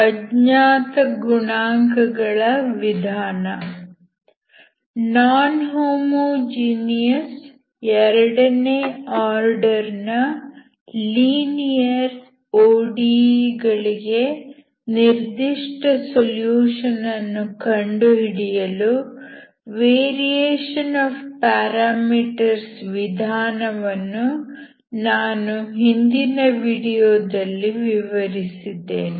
ಅಜ್ಞಾತ ಗುಣಾಂಕಗಳ ವಿಧಾನ ನಾನ್ ಹೋಮೋಜಿನಿಯಸ್ ಎರಡನೇ ಆರ್ಡರ್ ನ ಲೀನಿಯರ್ ODE ಗಳಿಗೆ ನಿರ್ದಿಷ್ಟ ಸೊಲ್ಯೂಷನ್ ಅನ್ನು ಕಂಡುಹಿಡಿಯಲು ವೇರಿಯೇಷನ್ ಆಫ್ ಪ್ಯಾರಾಮೀಟರ್ಸ್ ವಿಧಾನ ವನ್ನು ನಾನು ಹಿಂದಿನ ವಿಡಿಯೋದಲ್ಲಿ ವಿವರಿಸಿದ್ದೇನೆ